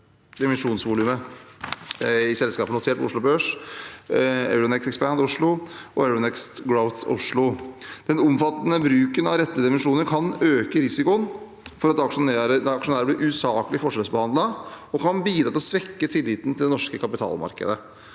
i selskaper notert på Oslo Børs, Euronext Expand Oslo og Euronext Growth Oslo. Den omfattende bruken av rettede emisjoner kan øke risikoen for at aksjonærer blir usaklig forskjellsbehandlet, og kan bidra til å svekke tilliten til det norske kapitalmarkedet.